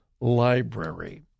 Library